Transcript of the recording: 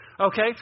Okay